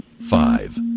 Five